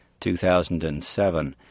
2007